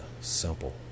simple